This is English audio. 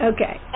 Okay